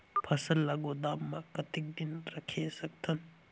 फसल ला गोदाम मां कतेक दिन रखे सकथन?